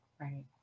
Right